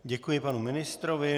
Děkuji panu ministrovi.